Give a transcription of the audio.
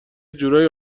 جورایی